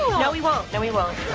no we won't, no we won't.